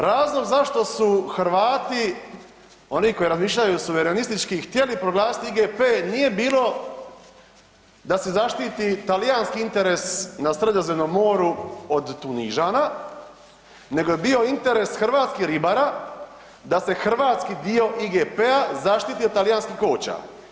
Razlog zašto su Hrvati oni koji razmišljaju suverenistički, htjeli proglasiti IGP nije bilo da se zaštiti talijanski interes na Sredozemnom moru od Tunižana nego je bio interes hrvatskih ribara da se hrvatski dio IGP-a zaštiti od talijanskih koča.